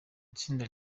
itsinda